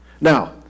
Now